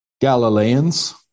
Galileans